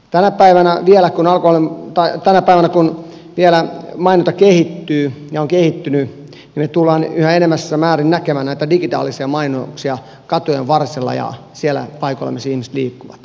tänä päivänä vielä kun olen tai tänä päivänä kun vielä mainonta kehittyy ja on kehittynyt me tulemme yhä enenevässä määrin näkemään näitä digitaalisia mainoksia katujen varsilla ja siellä paikoilla missä ihmiset liikkuvat